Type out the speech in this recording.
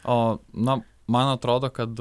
o na man atrodo kad